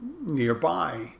nearby